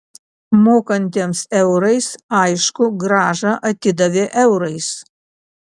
mokantiems eurais aišku grąžą atidavė eurais